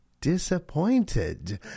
disappointed